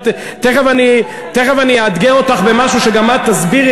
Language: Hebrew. תכף אני אאתגר אותך במשהו שגם את תסבירי